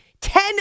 Ten